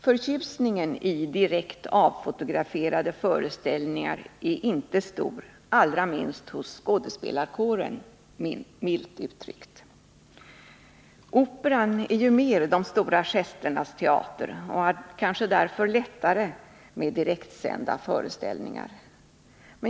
Förtjusningen i direkt avfotograferade föreställningar är inte stor, allra minst hos skådespelarkåren — milt uttryckt. Operan är ju mer de stora gesternas teater och har det därför lättare med direktsända föreställningar.